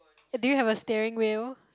did you have a steering wheel